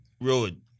Road